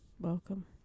Welcome